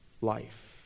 life